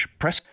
Press